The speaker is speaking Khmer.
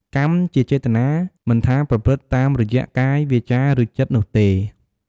កម្ម ជាចេតនា មិនថាប្រព្រឹត្តតាមរយៈ កាយ វាចា ឬ ចិត្ត នោះទេ។